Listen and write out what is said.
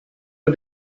but